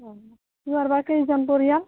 অঁ তোহাৰ বা কেইজন পৰিয়াল